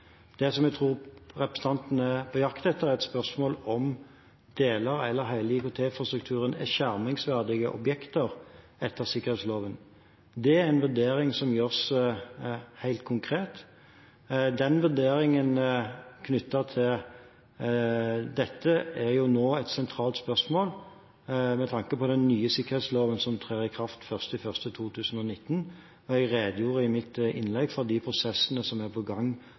Det som jeg tror representanten er på jakt etter, er et svar på om deler av eller hele IKT-infrastrukturen er skjermingsverdige objekter etter sikkerhetsloven. Det er en vurdering som gjøres helt konkret. Vurderingen knyttet til dette er nå et sentralt spørsmål med tanke på den nye sikkerhetsloven som trer i kraft den 1. januar 2019, og jeg redegjorde i mitt innlegg for de prosessene som er på gang